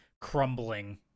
crumbling